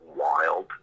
wild